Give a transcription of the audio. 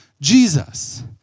Jesus